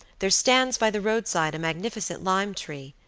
there stands by the roadside a magnificent lime tree,